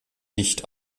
nicht